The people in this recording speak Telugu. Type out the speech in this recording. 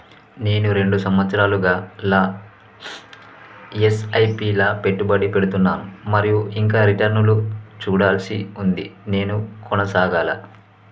నేను రెండు సంవత్సరాలుగా ల ఎస్.ఐ.పి లా పెట్టుబడి పెడుతున్నాను మరియు ఇంకా రిటర్న్ లు చూడాల్సి ఉంది నేను కొనసాగాలా?